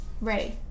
Ready